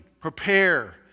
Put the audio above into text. prepare